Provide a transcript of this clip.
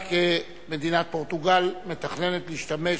מדינת פורטוגל מתכננת להשתמש